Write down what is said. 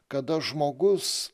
kada žmogus